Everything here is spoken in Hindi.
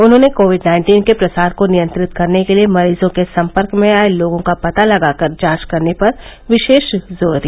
उन्होंने कोविड नाइन्टीन के प्रसार को नियंत्रित करने के लिए मरीजों के संपर्क में आए लोगों का पता लगाकर जांच करने पर विशेष जोर दिया